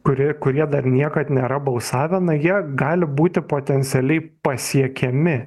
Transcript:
kuri kurie dar niekad nėra balsavę na jie gali būti potencialiai pasiekiami